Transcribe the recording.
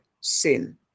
sin